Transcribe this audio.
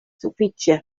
sufiĉe